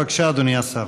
בבקשה, אדוני השר.